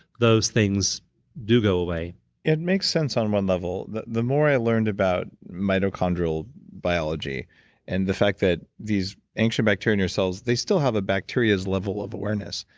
those things do away it makes sense on one level. the the more i learned about mitochondrial biology and the fact that these ancient bacteria in your cells, they still have a bacteria's level of awareness.